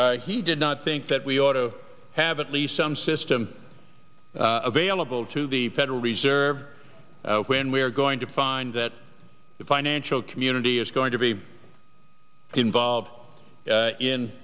he did not think that we ought to have at least some system available to the federal reserve when we are going to find that the financial community is going to be involved in